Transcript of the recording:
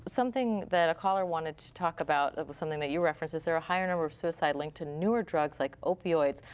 something that a caller wanted to talk about. something that you referenced. is there a higher number of suicide linked to newer drugs like opioids.